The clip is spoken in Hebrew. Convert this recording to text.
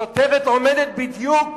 שוטרת עומדת בדיוק